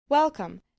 Welcome